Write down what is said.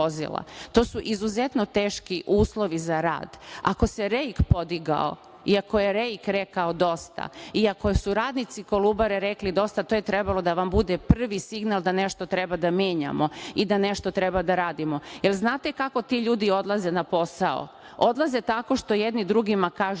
To su izuzetno teški uslovi za rad. Ako se REIK podigao i ako je REIK rekao dosta i ako su radnici Kolubare rekli dosta, to je trebalo da vam bude prvi signal da nešto treba da menjamo i da nešto treba da radimo. Da li znate kako ti ljudi odlaze na posao? Odlaze tako što jedni drugima kažu